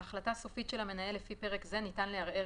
על החלטה סופית של המנהל לפי פרק זה ניתן לערער